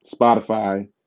Spotify